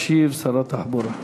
ישיב שר התחבורה.